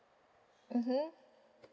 mmhmm